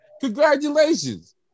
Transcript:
Congratulations